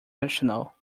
arsenal